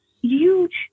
huge